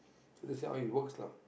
that's how it works lah